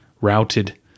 routed